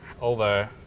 over